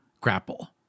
Grapple